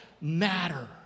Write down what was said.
matter